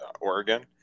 Oregon